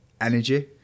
energy